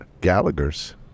gallagher's